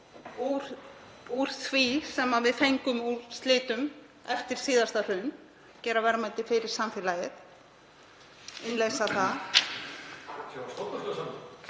úr því sem við fengum úr slitum eftir síðasta hrun, gera verðmæti fyrir samfélagið, innleysa það.